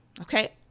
okay